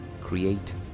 Create